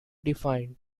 defined